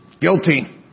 Guilty